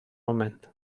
moment